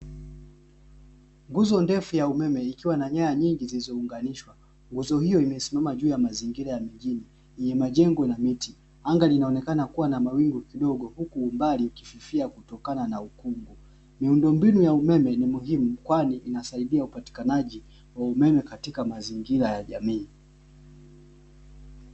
Nguzo ndefu ya umeme ikiwa na nyaya nyingi zilizounganishwa. Nguzo hiyo imesimama juu ya mazingira ya mjini yenye majengo na miti. Anga linaonekana kuwa na mawingu kidogo, huku umbali ukififia kutokana na ukungu. Miundombinu ya umeme ni muhimu kwani inasaidia upatikanaji wa umeme katika mazingira ya jamii.